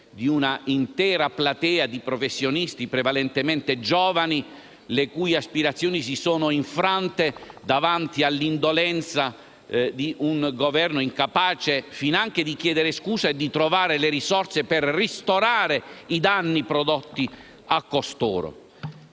di una intera platea di professionisti, prevalentemente giovani, le cui aspirazioni si sono infrante davanti all'indolenza di un Governo incapace finanche di chiedere scusa e di trovare le risorse per ristorare i danni prodotti a costoro.